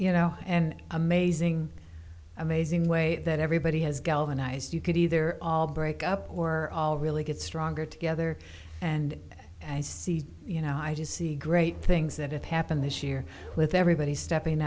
you know and amazing amazing way that everybody has galvanized you could either all break up or really get stronger together and i see you know i just see great things that happen this year with everybody stepping